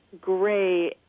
gray